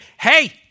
hey